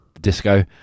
Disco